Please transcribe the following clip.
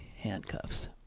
handcuffs